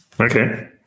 Okay